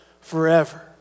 forever